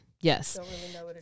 yes